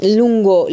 lungo